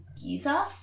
Giza